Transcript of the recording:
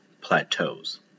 plateaus